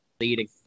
leading